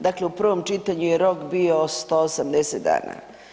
Dakle, u prvom čitanju je rok bio 180 dana.